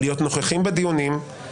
להיות נוכחים בדיונים,